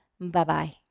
Bye-bye